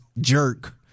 jerk